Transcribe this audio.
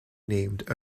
named